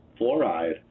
fluoride